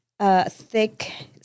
Thick